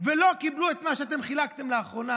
ולא קיבלו את מה שאתם חילקתם לאחרונה.